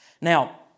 Now